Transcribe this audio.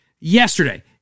yesterday